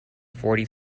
forty